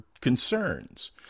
concerns